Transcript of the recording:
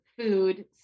food